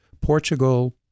Portugal